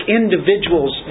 individuals